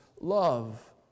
love